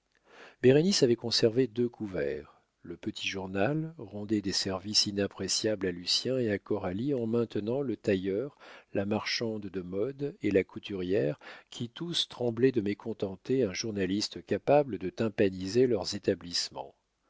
bérénice avait conservé deux couverts le petit journal rendait des services inappréciables à lucien et à coralie en maintenant le tailleur la marchande de modes et la couturière qui tous tremblaient de mécontenter un journaliste capable de tympaniser leurs établissements